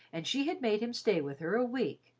and she had made him stay with her a week,